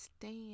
stand